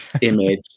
image